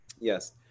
Yes